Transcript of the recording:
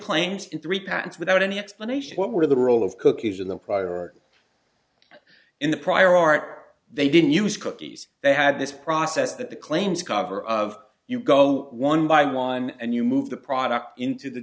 claims in three patents without any explanation what were the role of cookies in the prior art in the prior art they didn't use cookies they had this process that the claims cover of you go one by one and you move the product into the